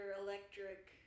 electric